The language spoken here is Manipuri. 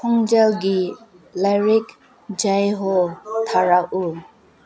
ꯈꯣꯡꯖꯦꯜꯒꯤ ꯂꯥꯏꯔꯤꯛ ꯖꯩ ꯍꯣ ꯊꯥꯔꯛꯎ